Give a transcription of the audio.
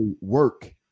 work